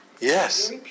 Yes